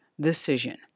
decision